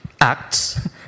acts